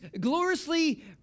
gloriously